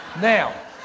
Now